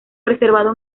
preservado